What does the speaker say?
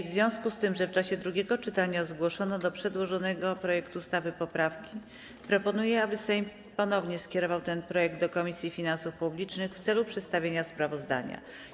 W związku z tym, że w czasie drugiego czytania zgłoszono do przedłożonego projektu ustawy poprawki, proponuję, aby Sejm ponownie skierował ten projekt do Komisji Finansów Publicznych w celu przedstawienia sprawozdania.